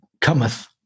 cometh